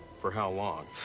for how long?